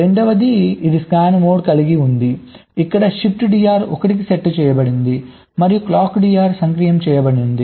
రెండవది ఇది స్కాన్ మోడ్ను కలిగి ఉంది ఇక్కడ ShiftDR 1 కు సెట్ చేయబడింది మరియు ClockDR సక్రియం చేయబడింది